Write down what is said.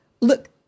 Look